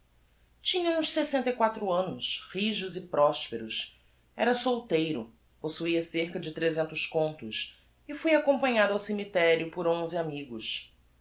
tinha uns sessenta e quatro annos rijos e prosperos era solteiro possuia cerca de tresentos contos e fui acompanhado ao cemiterio por onze amigos